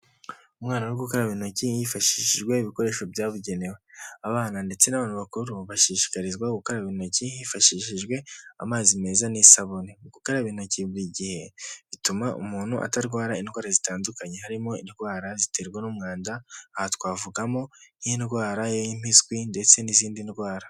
Umwana uri gukaraba intoki yifashishijwe ibikoresho byabugenewe, abana ndetse n'abantu bakuru bashishikarizwa gukaraba intoki hifashishijwe amazi meza n'isabune. Gukaraba intoki buri gihe bituma umuntu atarwara indwara zitandukanye harimo indwara ziterwa n'umwanda, aha twavugamo nk'indwara y'impiswi ndetse n'izindi ndwara.